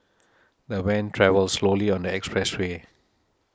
the van travelled slowly on the expressway